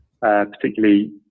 particularly